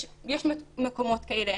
יש מקומות כאלה,